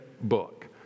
Book